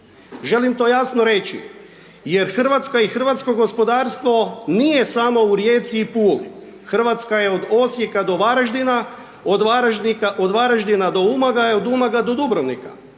Želim to jasno reći, jer RH i hrvatsko gospodarstvo nije samo u Rijeci i Puli. RH je od Osijeka do Varaždina, od Varaždina do Umaga i od Umaga do Dubrovnika.